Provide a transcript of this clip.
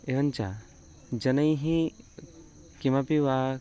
एवञ्च जनैः किमपि वा